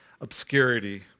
obscurity